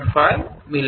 5 ಮಿ